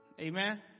amen